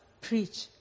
preach